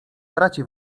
traci